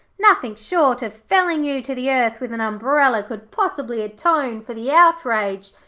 nothing short of felling you to the earth with an umbrella could possibly atone for the outrage.